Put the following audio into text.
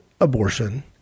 abortion